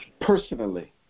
personally